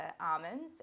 almonds